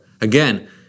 Again